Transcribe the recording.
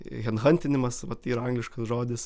henhantinimas vat yra angliškas žodis